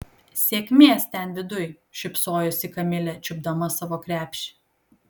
sėkmės ten viduj šypsojosi kamilė čiupdama savo krepšį